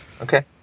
okay